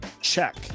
check